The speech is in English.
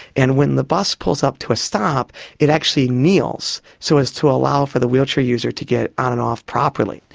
and when the bus pulls up to a stop it actually kneels so as to allow for the wheelchair user to get on and off properly.